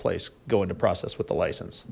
place go into process with the license